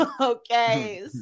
Okay